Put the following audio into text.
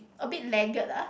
a bit lagged ah